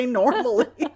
normally